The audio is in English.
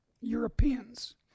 Europeans